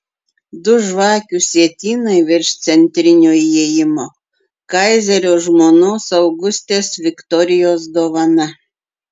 du žvakių sietynai virš centrinio įėjimo kaizerio žmonos augustės viktorijos dovana